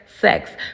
sex